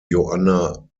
joanna